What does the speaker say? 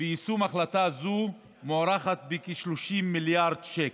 ביישום החלטה זו מוערכת ב-30 מיליארד שקל.